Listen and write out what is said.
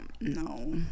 No